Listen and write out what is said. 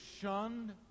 shunned